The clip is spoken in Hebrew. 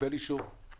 והוא לא יכול לחזור.